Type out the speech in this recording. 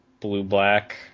blue-black